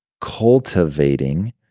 cultivating